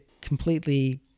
completely